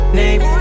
name